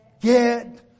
get